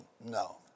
no